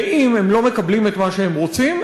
ואם הם לא מקבלים את מה שהם רוצים,